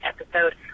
episode